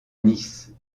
nice